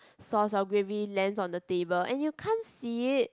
sauce of gravy land on the table and you can't see it